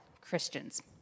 Christians